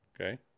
Okay